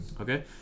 Okay